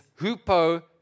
hupo